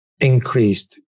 increased